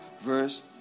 verse